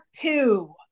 two